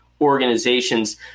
organizations